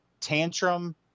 Tantrum